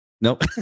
Nope